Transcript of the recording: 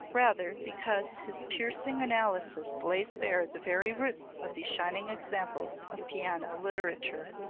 rather because his piercing analysis lays bare the very roots of these shining examples of piano literature.